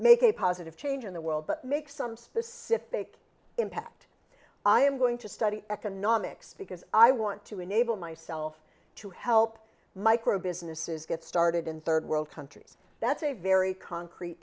make a positive change in the world but make some specific impact i am going to study economics because i want to enable myself to help micro businesses get started in third world countries that's a very concrete